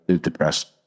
depressed